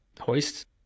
hoist